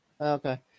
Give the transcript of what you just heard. Okay